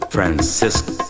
Francisco